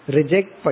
Reject